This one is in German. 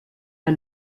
der